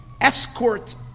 escort